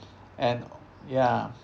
and ya